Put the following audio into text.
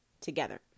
together